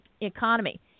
economy